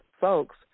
folks